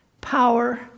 power